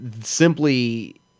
simply